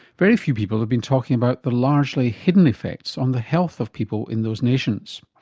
very few people have been talking about the largely hidden effects on the health of people in those nations.